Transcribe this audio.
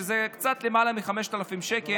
שזה קצת למעלה מ-5,000 שקל,